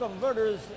converters